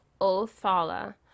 Othala